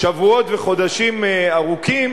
שבועות וחודשים ארוכים,